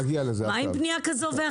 מה עם בנייה כזאת או אחרת?